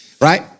Right